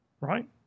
right